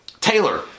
Taylor